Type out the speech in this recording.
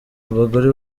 abagore